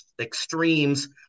extremes